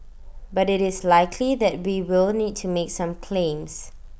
but IT is likely that we will need to make some claims